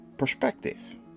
perspective